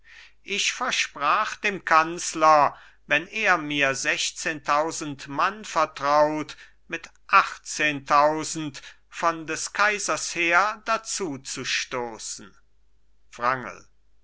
ich versprach dem kanzler wenn er mir sechzehntausend mann vertraut mit achtzehntausend von des kaisers heer dazuzustoßen wrangel